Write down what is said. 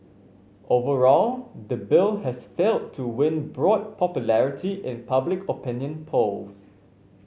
overall the bill has failed to win broad popularity in public opinion polls